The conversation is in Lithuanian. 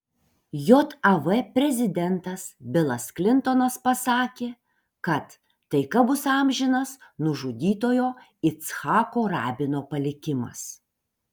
jav prezidentas bilas klintonas pasakė kad taika bus amžinas nužudytojo icchako rabino palikimas